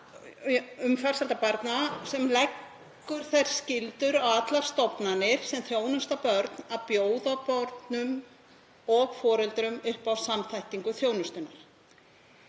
farsældar barna sem leggur þær skyldur á allar stofnanir sem þjónusta börn að bjóða börnum og foreldrum upp á samþættingu þjónustunnar.